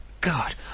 God